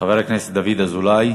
חבר הכנסת דוד אזולאי,